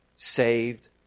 Saved